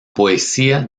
poesía